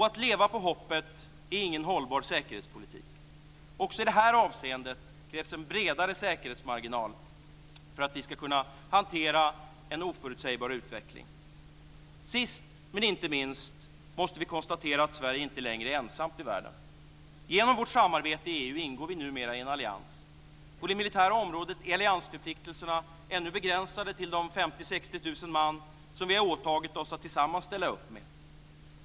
Att leva på hoppet är ingen hållbar säkerhetspolitik. Också i detta avseende krävs en bredare säkerhetsmarginal för att vi ska kunna hantera en oförutsägbar utveckling. Sist men inte minst måste vi konstatera att Sverige inte längre är ensamt i världen. Genom vårt samarbete i EU ingår vi numera i en allians. På det militära området är alliansförpliktelserna ännu begränsade till de 50 000-60 000 man som vi har åtagit oss att tillsammans ställa upp med.